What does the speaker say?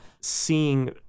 seeing